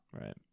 Right